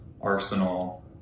Arsenal